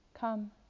Come